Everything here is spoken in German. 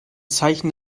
zeichen